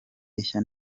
ishya